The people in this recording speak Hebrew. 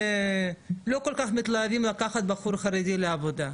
המעסיקים גם לא כל כך מתלהבים לקחת בחור חרדי לעבודה.